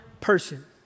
person